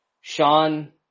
Sean